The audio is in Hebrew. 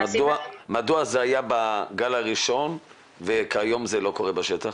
מדוע זה היה בגל הראשון וכיום זה לא קורה בשטח?